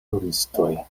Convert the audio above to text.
turistoj